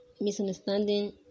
misunderstanding